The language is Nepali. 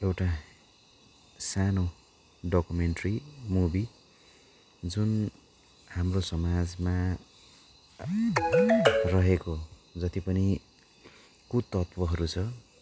एउटा सानो डक्युमेन्ट्री मुभी जुन हाम्रो समाजमा रहेको जति पनि कुतत्त्वहरू छ